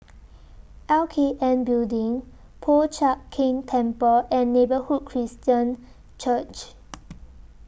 L K N Building Po Chiak Keng Temple and Neighbourhood Christian Church